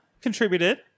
contributed